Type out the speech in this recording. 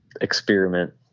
experiment